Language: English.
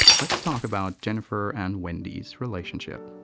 let's talk about jennifer and wendy's relationship.